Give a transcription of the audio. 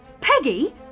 Peggy